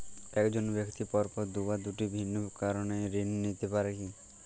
এক জন ব্যক্তি পরপর দুবার দুটি ভিন্ন কারণে ঋণ নিতে পারে কী?